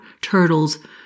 turtles